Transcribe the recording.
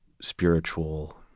spiritual